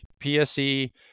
PSE